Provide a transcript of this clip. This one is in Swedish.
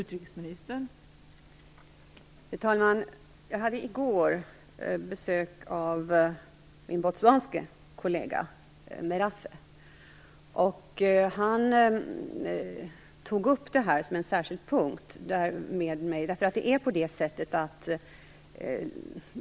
Fru talman! Jag hade i går besök av min botswanske kollega. Han tog upp detta som en särskild punkt med mig.